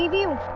you